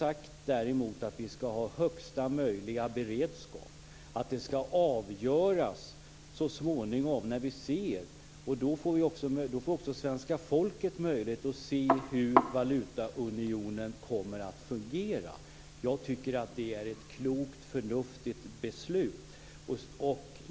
Vi har däremot sagt att vi skall ha högsta möjliga beredskap och att det skall avgöras så småningom. Då får också svenska folket möjlighet att se hur valutaunionen kommer att fungera. Jag tycker att det är ett klokt och förnuftigt beslut.